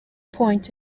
point